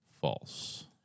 false